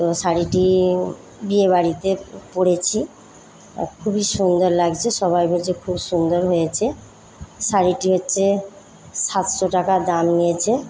তো শাড়িটি বিয়েবাড়িতে পরেছি আর খুবই সুন্দর লাগছে সবাই বলছে খুবই সুন্দর হয়েছে শাড়িটি হচ্ছে সাতশো টাকা দাম নিয়েছে